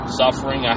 suffering